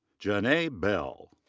janae bell.